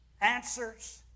Answers